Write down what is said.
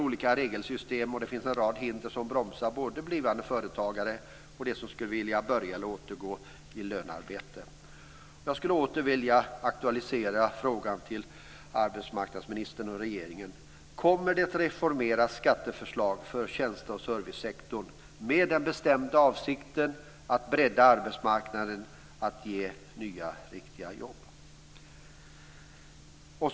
Det finns en rad hinder som bromsar både blivande företagare och dem som skulle vilja börja med eller återgå till lönearbete. Jag skulle åter vilja aktualisera frågan till arbetsmarknadsministern och regeringen. Kommer det ett reformerat skatteförslag för tjänste och servicesektorn med den bestämda avsikten att bredda arbetsmarknaden och ge nya riktiga jobb? Fru talman!